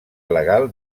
legal